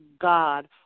god